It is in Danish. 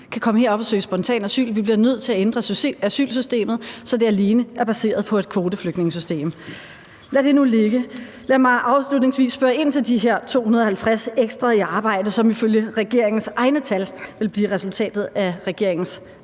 kan komme herop og søge spontant asyl; vi bliver nødt til at ændre asylsystemet, så det alene er baseret på et kvoteflygtningesystem. Lad det nu ligge. Lad mig afslutningsvis spørge ind til de her 250 ekstra i arbejde, som ifølge regeringens egne tal vil blive resultatet af regeringens